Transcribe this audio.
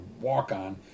walk-on